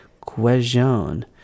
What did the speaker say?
Question